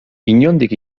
inondik